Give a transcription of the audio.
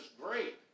great